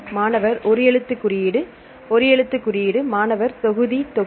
மாணவர் ஒரு எழுத்துக் குறியீடு ஒரு எழுத்துக் குறியீடு மாணவர் தொகுதி தொகுதி